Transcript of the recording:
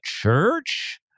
church